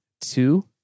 two